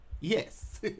yes